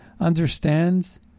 understands